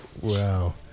Wow